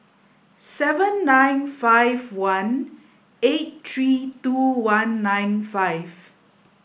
seven nine five one eight three two one nine five